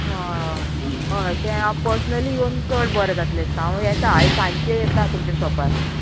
आं आं हय तें हांव पर्सनली येवन चड बरें जातलें दिसता हांव येता आयज सांचें येता तुमच्या शॉपार